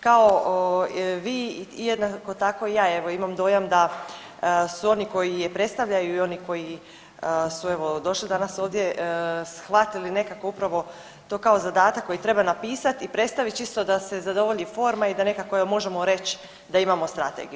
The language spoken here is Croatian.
Kao vi i jednako tako i ja imam dojam da su oni koji je predstavljaju i oni koji su evo došli danas ovdje shvatili nekako upravo to kao zadatak koji treba napisat i predstavit čisto da se zadovolji forma i da nekako možemo reć da imamo strategiju.